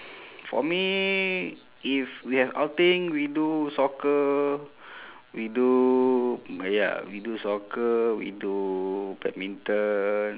for me if we have outing we do soccer we do mm ya we do soccer we do badminton